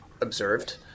observed